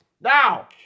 Now